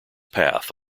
path